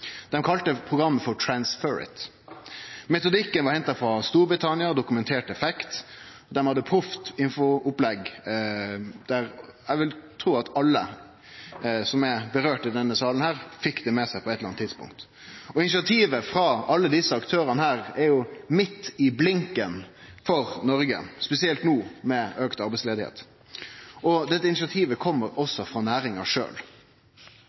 Dei kalla programmet Transferit. Metodikken var henta frå Storbritannia og hadde dokumentert effekt. Dei hadde proft informasjonsopplegg, og eg vil tru at alle som det vedkjem i denne salen, fekk det med seg på eit eller anna tidspunkt. Initiativet frå alle desse aktørane er jo midt i blinken for Noreg, spesielt no med auka arbeidsløyse. Dette initiativet kjem frå næringa